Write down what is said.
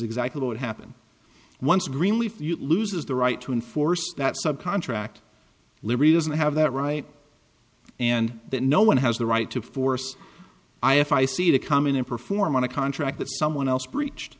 exactly what happened once greenleaf loses the right to enforce that subcontract lib reason i have that right and that no one has the right to force i if i see to come in and perform on a contract that someone else breached